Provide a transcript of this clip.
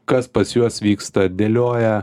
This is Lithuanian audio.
kas pats juos vyksta dėlioja